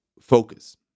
focus